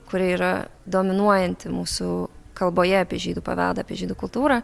kuri yra dominuojanti mūsų kalboje apie žydų paveldą apie žydų kultūrą